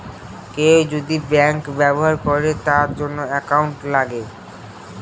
কেউ যদি ব্যাঙ্ক ব্যবহার করে তার জন্য একাউন্ট লাগে